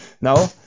no